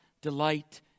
delight